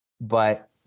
but-